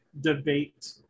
debate